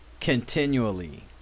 continually